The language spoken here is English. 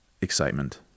excitement